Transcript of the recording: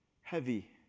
heavy